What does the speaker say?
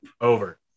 over